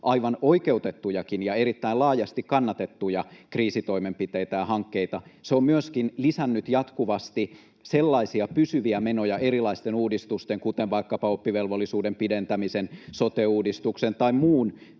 aivan oikeutettujakin ja erittäin laajasti kannatettuja kriisitoimenpiteitä ja hankkeita, se on myöskin lisännyt jatkuvasti pysyviä menoja erilaisten uudistusten, kuten vaikkapa oppivelvollisuuden pidentämisen, sote-uudistuksen [Suna